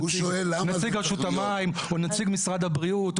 מנציג רשות המים או מנציג משרד הבריאות.